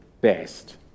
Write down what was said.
best